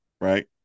right